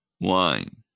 wine